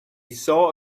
saw